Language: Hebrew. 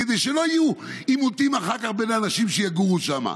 כדי שלא יהיו עימותים אחר כך בין אנשים שיגורו שם.